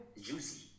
juicy